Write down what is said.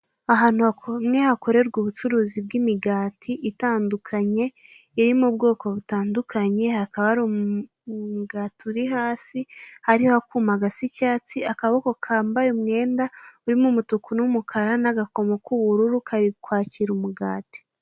Ahantu hamwe hakorerwa ubucuruzi bw'imigati itandukanye, iri mu bwoko butandukanye hakaba hari umugati uri hasi hariho akuma gasa icyatsi. Akaboko kambaye umwenda urimo umutuku n'umukara n'agakomo k'ubururu kari kwakira umugati.